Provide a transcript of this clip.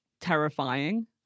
terrifying